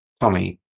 Tommy